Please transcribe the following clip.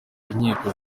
inkiko